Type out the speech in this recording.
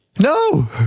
No